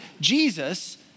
Jesus